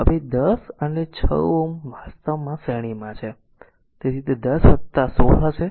હવે 10 અને 6Ω વાસ્તવમાં શ્રેણીમાં છે તેથી તે 10 16 હશે